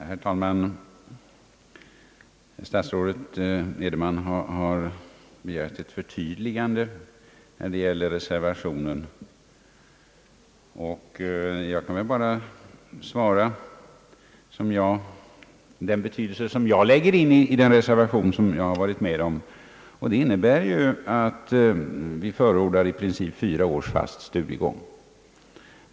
Herr talman! Statsrådet Edenman har begärt ett förtydligande när det gäller reservationen. Jag kan endast svara för det jag lägger in i den reservation jag har varit med om, och den innebär att vi i princip förordar fyra års fast studiegång.